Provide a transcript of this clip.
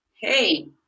Hey